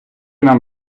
нам